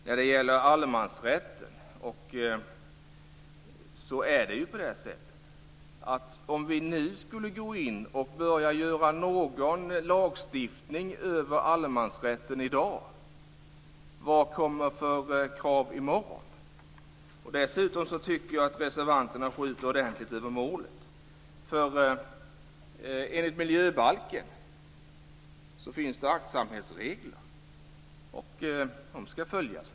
När det gäller allemansrätten är ju frågan: Om vi skulle gå in och införa någon lagstiftning över allemansrätten i dag, vad kommer det då för krav i morgon? Dessutom tycker jag att reservanterna skjuter ordentligt över målet. Enligt miljöbalken finns det aktsamhetsregler, och de ska följas.